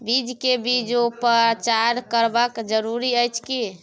बीज के बीजोपचार करब जरूरी अछि की?